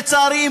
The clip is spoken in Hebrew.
לצערי,